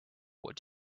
what